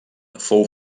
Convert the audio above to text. fou